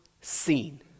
seen